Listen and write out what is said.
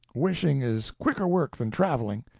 wishing is quicker work than travelling.